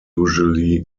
usually